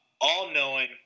All-knowing